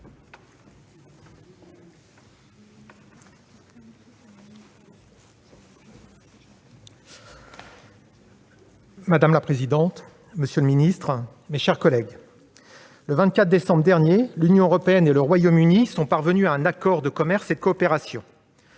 Madame la présidente, monsieur le secrétaire d'État, mes chers collègues, le 24 décembre dernier, l'Union européenne et le Royaume-Uni sont parvenus à un accord de commerce et de coopération.